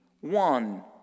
one